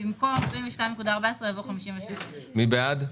במקום 42.14 יבוא 53. מי בעד?